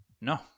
No